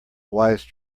wise